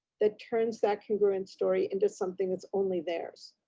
that turns that congruent story into something that's only theirs.